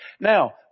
Now